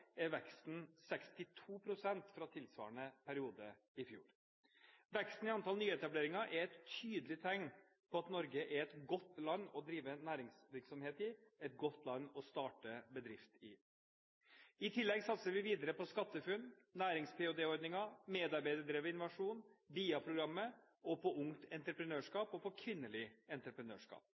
er veksten på 62 pst. sammenlignet med tilsvarende periode i fjor. Veksten i antall nyetableringer er et tydelig tegn på at Norge er et godt land å drive næringsvirksomhet i, et godt land å starte bedrift i. I tillegg satser vi videre på skatteFUNN, nærings-ph.d.-ordningen, medarbeiderdrevet innovasjon, BlA-programmet, på Ungt Entreprenørskap og på kvinnelig entreprenørskap.